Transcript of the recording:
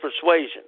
persuasion